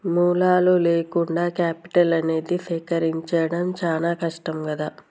మూలాలు లేకుండా కేపిటల్ అనేది సేకరించడం చానా కష్టం గదా